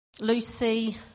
Lucy